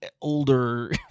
older